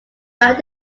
band